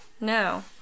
No